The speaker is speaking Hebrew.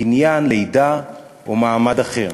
קניין, לידה או מעמד אחר".